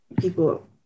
People